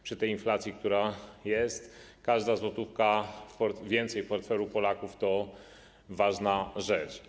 Przy tej inflacji, która jest, każda złotówka więcej w portfelu Polaków to ważna rzecz.